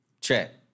Chat